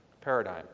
paradigm